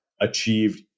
achieved